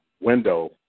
window